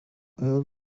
earl